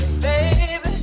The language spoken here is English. Baby